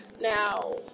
Now